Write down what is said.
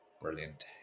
brilliant